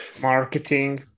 marketing